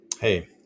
hey